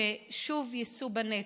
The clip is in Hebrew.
ששוב יישאו בנטל,